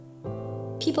People